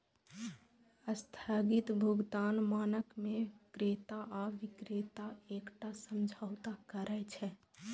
स्थगित भुगतान मानक मे क्रेता आ बिक्रेता एकटा समझौता करै छै